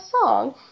song